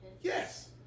yes